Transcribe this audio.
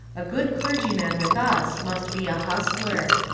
a good clergyman with us must be a hustler.